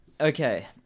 Okay